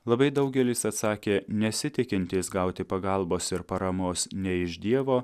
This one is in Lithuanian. labai daugelis atsakė nesitikintys gauti pagalbos ir paramos nei iš dievo